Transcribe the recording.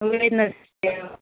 Wednesday आउनुहुन्छ